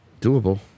Doable